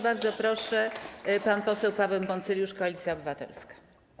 Bardzo proszę, pan poseł Paweł Poncyljusz, Koalicja Obywatelska.